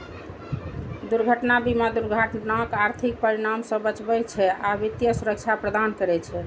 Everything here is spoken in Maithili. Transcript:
दुर्घटना बीमा दुर्घटनाक आर्थिक परिणाम सं बचबै छै आ वित्तीय सुरक्षा प्रदान करै छै